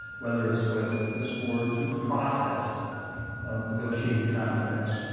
whether it's with this board through the process of negotiating contracts,